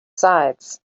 sides